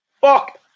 Fuck